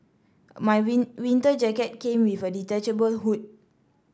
my win winter jacket came with a detachable hood